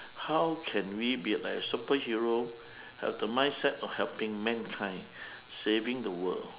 how can we be like a superhero have the mindset of helping mankind saving the world